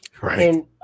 Right